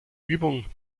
übung